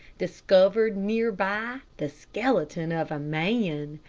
discovered near-by the skeleton of a man.